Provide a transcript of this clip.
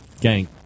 Gang